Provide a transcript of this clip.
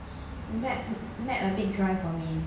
matte matte a bit dry for me